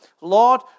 Lord